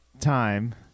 time